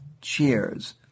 cheers